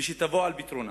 ושתבוא על פתרונה.